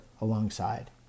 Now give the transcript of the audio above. alongside